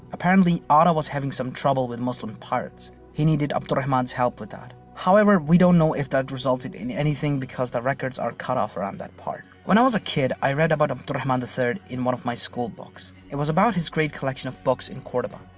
apparently, otto was having some trouble with muslim pirates. he needed abd al-rahman's help with that. however, we don't know if that resulted in anything because the records are cutoff around that part. when i was a kid, i read about abd al-rahman um and iii in one of my school books. it was about his great collection of books in cordoba.